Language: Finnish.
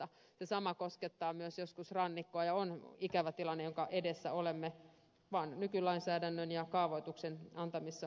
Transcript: ja sama koskee myös joskus rannikkoa ja on ikävä se tilanne jonka edessä olemme vain nykylainsäädännön ja kaavoituksen antamissa puitteissa